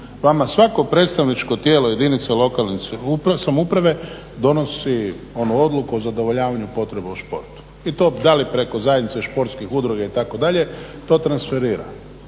Vama svako predstavničko tijelo jedinica lokalne samouprave donosi onu odluku o zadovoljavanju potreba u športu. I to da li preko zajednice športskih udruga itd., to transferira